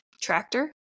tractor